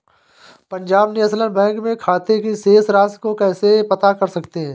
Punjab National Bank में खाते की शेष राशि को कैसे पता कर सकते हैं?